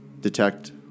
detect